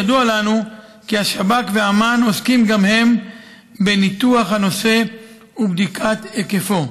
ידוע לנו כי השב"כ ואמ"ן עוסקים גם הם בניתוח הנושא ובדיקת היקפו.